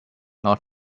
not